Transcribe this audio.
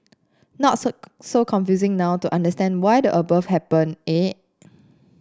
not so so confusing now to understand why the above happened eh